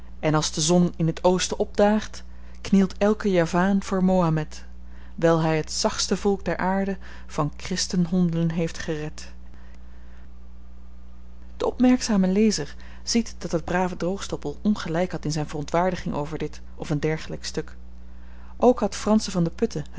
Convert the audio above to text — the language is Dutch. en als de zon in t oosten opdaagt knielt elk javaan voor mahomed wyl hy het zachtste volk der aarde van christenhonden heeft gered de opmerkzame lezer ziet dat de brave droogstoppel ongelyk had in z'n verontwaardiging over dit of n dergelyk stuk ook had fransen van de putte